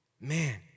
Man